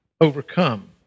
overcome